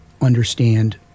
understand